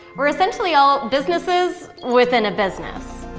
we're essentially all businesses within a business.